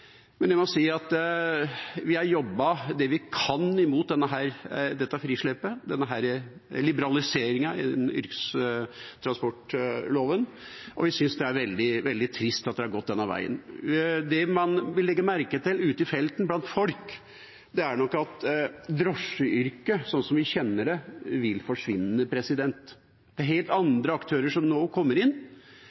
men jeg må si at vi har jobbet det vi kan, imot dette frislippet, denne liberaliseringa i yrkestransportloven, og vi synes det er veldig trist at det har gått denne veien. Det man vil legge merke til ute i felten blant folk, er nok at drosjeyrket, sånn vi kjenner det, vil forsvinne. Det er helt andre aktører som nå kommer inn.